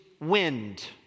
wind